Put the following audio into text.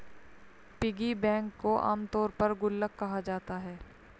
piggy bank को आमतौर पर गुल्लक कहा जाता है